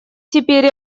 теперь